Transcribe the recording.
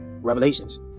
Revelations